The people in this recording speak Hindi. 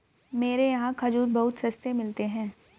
मेरे यहाँ खजूर बहुत सस्ते मिलते हैं